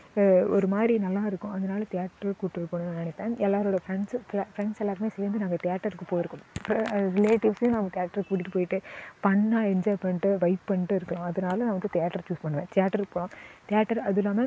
ஒரு மாதிரி நல்லா இருக்கும் அதனால தியேட்டருக்கு கூட்டு போகணுன்னு நான் நினைப்பேன் எல்லாரோட ஃப்ரெண்ட்ஸு ஃபெ ஃப்ரெண்ட்ஸு எல்லாருமே சேர்ந்து நாங்கள் தியேட்டருக்கு போயிருக்கோம் ரிலேட்டிவ்சையும் நான் தியேட்டருக்கு கூட்டிகிட்டு போயிவிட்டு ஃபன்னாக என்ஜாய் பண்ணிட்டு வைப் பண்ணிட்டு இருக்கலாம் அதனால நான் வந்து தியேட்டரை சூஸ் பண்ணுவேன் தியேட்டருக்கு போகலாம் தியேட்டர் அதுவும் இல்லாமல்